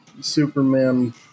Superman